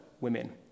women